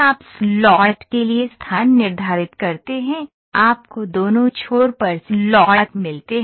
आप स्लॉट के लिए स्थान निर्धारित करते हैं आपको दोनों छोर पर स्लॉट मिलते हैं